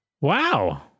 Wow